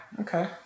Okay